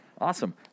Awesome